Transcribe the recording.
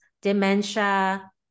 dementia